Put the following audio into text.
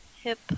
Hip